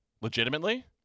legitimately